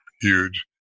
huge